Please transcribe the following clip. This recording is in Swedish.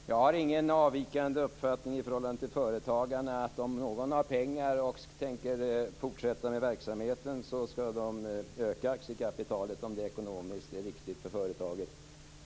Herr talman! Jag har ingen avvikande uppfattning i förhållande till företagarna. De som har pengar och tänker fortsätta med verksamheten skall öka aktiekapitalet om det är ekonomiskt riktigt för företaget.